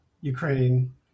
Ukraine